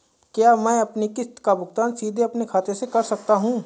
क्या मैं अपनी किश्त का भुगतान सीधे अपने खाते से कर सकता हूँ?